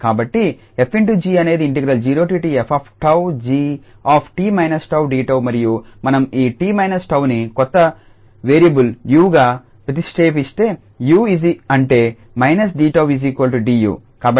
కాబట్టి 𝑓∗𝑔 అనేది 0t f𝜏𝑔𝑡−𝜏𝑑𝜏 మరియు మనం ఈ 𝑡−𝜏ని కొత్త వేరియబుల్ 𝑢 గా ప్రతిషేపిస్తే 𝑢 అంటే −𝑑𝜏𝑑𝑢